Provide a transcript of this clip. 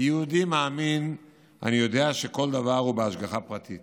כיהודי מאמין אני יודע שכל דבר הוא בהשגחה פרטית